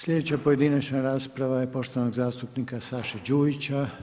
Sljedeća pojedinačna rasprava je poštovanog zastupnika Saše Đujića.